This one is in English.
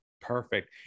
Perfect